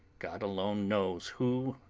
god alone knows who,